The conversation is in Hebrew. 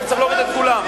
הייתי צריך להוריד את כולם.